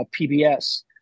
PBS